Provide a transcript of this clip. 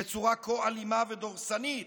בצורה כה אלימה ודורסנית,